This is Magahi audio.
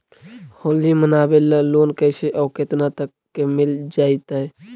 होली मनाबे ल लोन कैसे औ केतना तक के मिल जैतै?